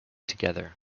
together